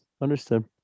Understood